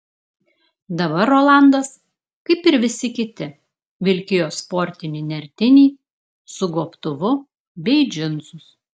dabar rolandas kaip ir visi kiti vilkėjo sportinį nertinį su gobtuvu bei džinsus